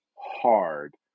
hard